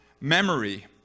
Memory